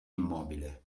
immobile